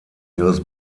ihres